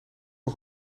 nog